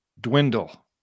dwindle